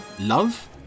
love